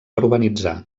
urbanitzar